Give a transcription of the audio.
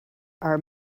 are